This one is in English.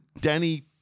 Danny